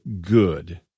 good